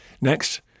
Next